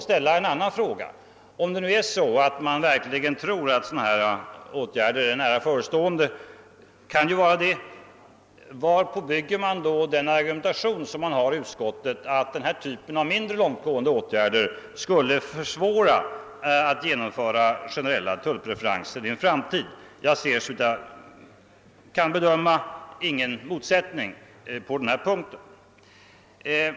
ställa en annan fråga: Om det nu är så att man verkligen tror att sådana här åtgärder är nära förestående — det kan ju förhålla sig på det sättet — varpå bygger man då den argumentation som utskottet anför, nämligen att dessa mindre långtgående åtgärder skulle försvåra genomförandet av generella tullpreferenser i en framtid? Jag ser ingen motsättning på denna punkt.